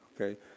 okay